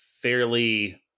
fairly